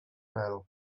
pèl